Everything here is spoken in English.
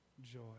joy